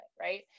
right